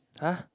[huh]